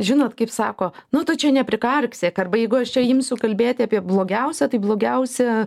žinot kaip sako nu tu čia neprikarksėk arba jeigu aš čia imsiu kalbėt apie blogiausia tai blogiausia